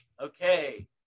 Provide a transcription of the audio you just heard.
okay